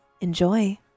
Enjoy